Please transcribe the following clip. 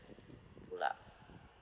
pull out